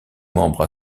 membre